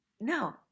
no